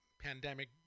pandemic